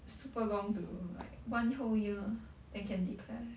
super long to like one whole year then can declare